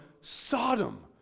Sodom